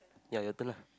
ya ya your turn ah